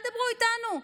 אל תדברו איתנו.